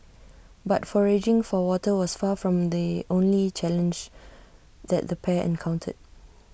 but foraging for water was far from the only challenge that the pair encountered